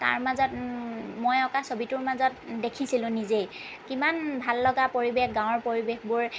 তাৰ মাজত মই অঁকা ছবিটোৰ মাজত দেখিছিলোঁ নিজেই কিমান ভাল লগা পৰিৱেশ গাঁৱৰ পৰিৱেশবোৰ